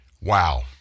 Wow